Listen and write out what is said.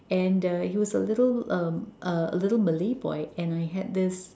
and uh he was a little uh a a little Malay boy and I had this